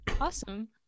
Awesome